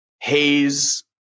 haze